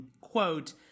quote